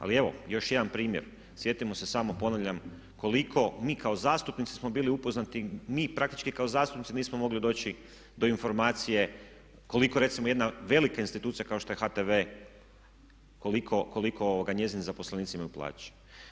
Ali evo još jedan primjer, sjetimo se samo ponavljam, koliko mi kao zastupnici smo bili upoznati, mi praktički kao zastupnici nismo mogli doći do informacije koliko recimo jedna velika institucija kao što je HTV koliko njezini zaposlenici imaju plaću.